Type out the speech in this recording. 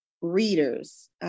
readers